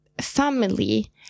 family